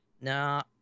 Nah